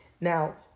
now